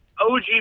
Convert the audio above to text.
OG